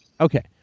Okay